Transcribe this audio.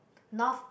North